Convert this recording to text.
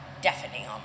deafening